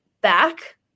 back